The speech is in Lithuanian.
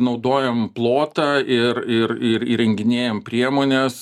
naudojam plotą ir ir ir įrenginėjam priemones